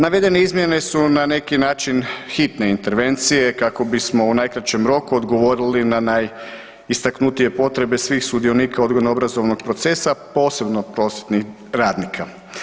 Navedene izmjene su na neki način hitne intervencije kako bismo u najkraćem roku odgovorili na najistaknutije potrebe svih sudionika odgojno-obrazovnog procesa, posebno prosvjetnih radnika.